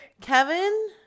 kevin